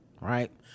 right